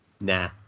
Nah